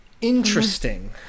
Interesting